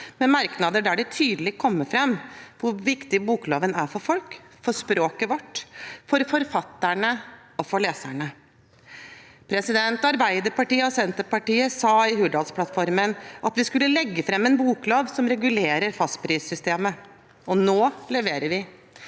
med merknader, der det tydelig kommer fram hvor viktig bokloven er for folk, for språket vårt, for forfatterne og for leserne. Arbeiderpartiet og Senterpartiet sa i Hurdalsplattformen at vi skulle legge fram en boklov som regulerer fastprissystemet, og nå leverer vi.